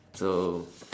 so